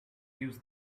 use